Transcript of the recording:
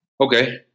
Okay